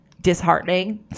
disheartening